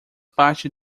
parte